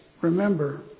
remember